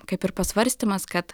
kaip ir pasvarstymas kad